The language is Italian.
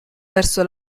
verso